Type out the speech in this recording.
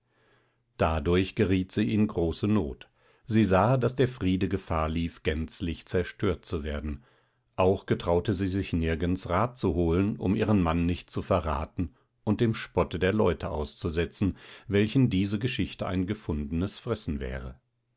dadurch geriet sie in große not sie sah daß der friede gefahr lief gänzlich zerstört zu werden auch getraute sie sich nirgends rat zu holen um ihren mann nicht zu verraten und dem spotte der leute auszusetzen welchen diese geschichte ein gefundenes fressen wäre